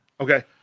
Okay